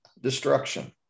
destruction